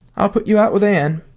i'll put you out with anne.